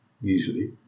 usually